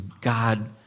God